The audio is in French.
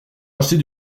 racheter